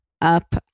up